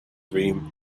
dream